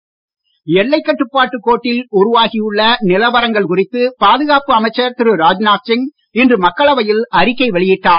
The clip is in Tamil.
ராஜ்நாத் எல்லைக் கட்டுப்பாட்டு கோட்டில் உருவாகி உள்ள நிலவரங்கள் குறித்து பாதுகாப்பு அமைச்சர் திரு ராஜ்நாத் சிங் இன்று மக்களவையில் அறிக்கை வெளியிட்டார்